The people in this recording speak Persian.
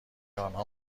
آنها